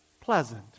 pleasant